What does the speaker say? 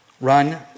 Run